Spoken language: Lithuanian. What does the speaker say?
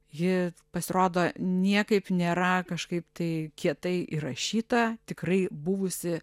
ji pasirodo niekaip nėra kažkaip taip kietai įrašyta tikrai buvusi